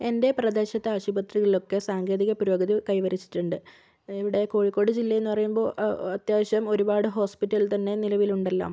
എൻ്റെ പ്രദേശത്തെ ആശുപത്രികളിലൊക്കെ സാങ്കേതിക പുരോഗതി കൈവരിച്ചിട്ടുണ്ട് ഇവിടെ കോഴിക്കോട് ജില്ലയെന്ന് പറയുമ്പോൾ അത്യാവശ്യം ഒരുപാട് ഹോസ്പിറ്റൽ തന്നെ നിലവിലുണ്ടല്ലോ